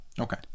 Okay